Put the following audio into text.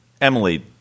Emily